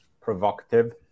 provocative